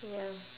ya